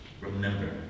Remember